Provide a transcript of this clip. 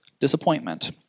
disappointment